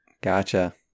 Gotcha